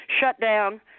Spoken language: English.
shutdown